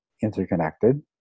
interconnected